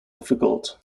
difficult